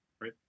right